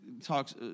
talks